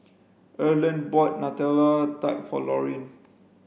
Erland bought Nutella Tart for Lorine